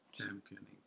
Championing